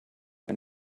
ein